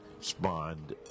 spawned